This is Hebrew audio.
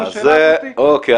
השאלה הזאת --- אוקיי,